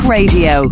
Radio